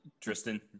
Tristan